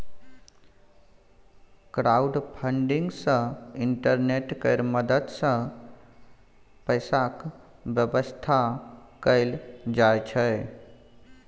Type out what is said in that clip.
crowdfunding सँ internet केर मदद सँ पैसाक बेबस्था कएल जाइ छै